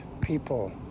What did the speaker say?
people